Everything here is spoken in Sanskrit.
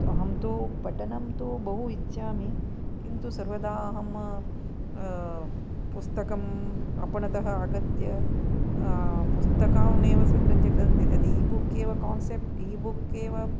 अहं तु पठनं तु बहु इच्छामि किन्तु सर्वदा अहं पुस्तकम् आपणतः आगत्य पुस्तकान्येव स्वीकृत्य त्यजति ई बुक् एव कान्सेप्ट् ई बुक् एव